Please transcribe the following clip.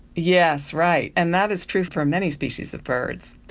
yes, right, and that is true for many species of birds.